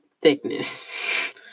thickness